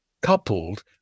coupled